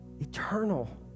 eternal